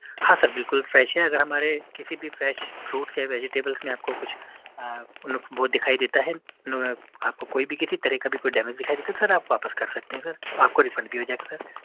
ہاں سر بالکل فریش ہیں اگر ہمارے کسی بھی فریش فروٹس یا ویجیٹیبلس میں آپ کو کچھ وہ دِکھائی دیتا ہے آپ کو کوئی بھی کسی طرح کا کوئی ڈیمیج دکھائی دیتا ہے سر آپ واپس کر سکتے ہیں سر آپ کو ریفنڈ بھی ہو جائے گا سر